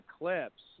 eclipse